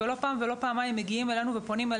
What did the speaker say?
ולא פעם ולא פעמיים פונים אלינו,